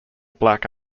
black